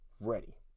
ready